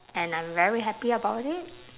and I'm very happy about it